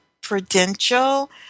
Prudential